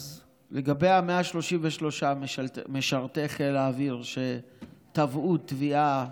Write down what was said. אז לגבי 133 משרתי חיל האוויר שתבעו תביעה,